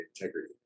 integrity